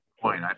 Point